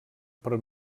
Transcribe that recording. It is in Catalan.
per